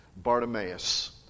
Bartimaeus